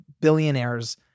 billionaires